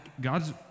God's